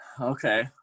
Okay